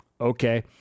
okay